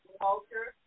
culture